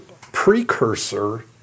precursor